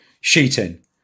sheeting